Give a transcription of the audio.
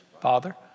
Father